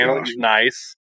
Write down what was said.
nice